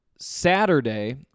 Saturday